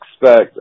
expect